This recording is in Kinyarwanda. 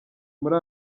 muri